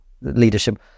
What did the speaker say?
leadership